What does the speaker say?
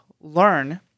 learn